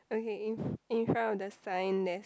okay in front of the sign there's